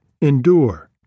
endure